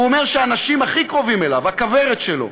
הוא אומר שהאנשים הקרובים אליו, הכוורת שלו,